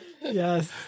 yes